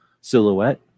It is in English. Silhouette